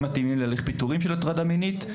מתאימים להליך פיטורים בגלל הטרדה מינית.